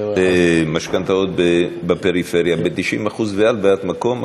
משכנתאות בפריפריה ב-90%, והייתה הלוואת מקום.